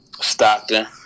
Stockton